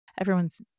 everyone's